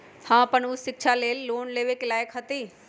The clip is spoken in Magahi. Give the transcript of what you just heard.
हम अपन उच्च शिक्षा ला लोन लेवे के लायक हती?